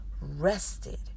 rested